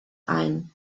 ein